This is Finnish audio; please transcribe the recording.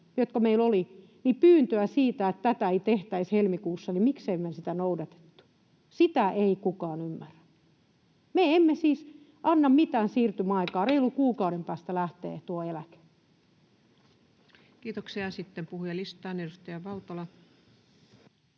jotka meillä oli, pyyntöä siitä, että tätä ei tehtäisi helmikuussa. Sitä ei kukaan ymmärrä. Me emme siis anna mitään siirtymäaikaa, vaan reilun kuukauden päästä lähtee tuo eläke. Kiitoksia. — Sitten puhujalistaan. — Edustaja Valtola.